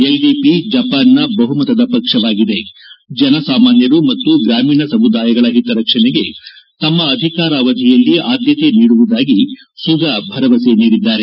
LDP ಜಪಾನ್ನ ಬಹುಮತದ ಪಕ್ಷವಾಗಿದೆ ಜನಸಾಮಾನ್ಯರು ಮತ್ತು ಗ್ರಾಮೀಣ ಸಮುದಾಯಗಳ ಹಿತರಕ್ಷಣೆಗೆ ತಮ್ಮ ಅಧಿಕಾರಾವಧಿಯಲ್ಲಿ ಆದ್ಯತೆ ನೀಡುವುದಾಗಿ ಸುಗಾ ಭರವಸೆ ನೀಡಿದ್ದಾರೆ